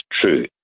true